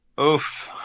oof